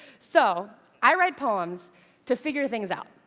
so i write poems to figure things out.